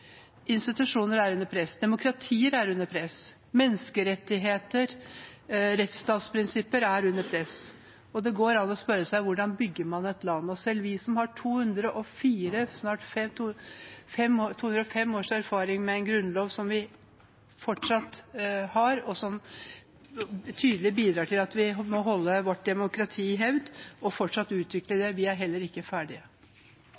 Institusjoner er under press, demokratier er under press. Menneskerettigheter og rettsstatsprinsipper er under press. Det går an å spørre seg: Hvordan bygger man et land? Selv vi som har 204 – snart 205 – års erfaring med en grunnlov som vi fortsatt har, og som tydelig bidrar til at vi holder vårt demokrati i hevd og fortsatt